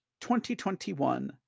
2021